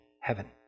heaven